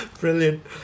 brilliant